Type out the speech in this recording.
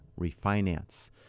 refinance